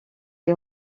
est